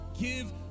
give